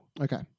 Okay